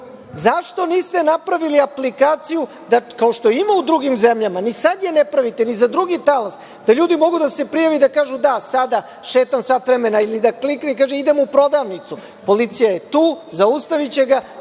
stanu.Zašto niste napravili aplikaciju, kao što ima u drugim zemljama, ni sad je ne pravite, ni za drugi talas, da ljudi mogu da se prijave i da kažu - da, sada šetam sat vremena, ili da klikne i ode u prodavnicu. Policija je tu, zaustaviće ga,